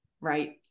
Right